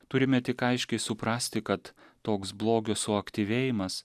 turime tik aiškiai suprasti kad toks blogio suaktyvėjimas